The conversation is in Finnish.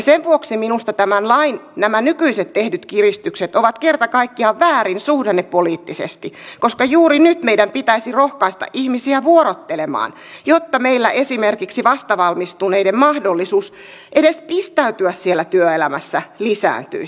sen vuoksi minusta nämä tämän lain nykyiset tehdyt kiristykset ovat kerta kaikkiaan väärin suhdannepoliittisesti koska juuri nyt meidän pitäisi rohkaista ihmisiä vuorottelemaan jotta meillä esimerkiksi vastavalmistuneiden mahdollisuus edes pistäytyä siellä työelämässä lisääntyisi